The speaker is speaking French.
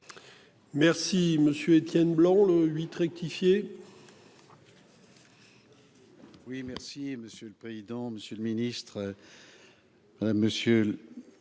Merci monsieur Étienne Blanc, le 8 rectifié. Oui, merci Monsieur. Le président, Monsieur le Ministre. Madame, monsieur.